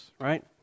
right